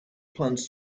plans